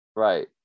Right